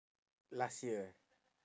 last year ah